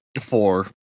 Four